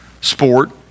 sport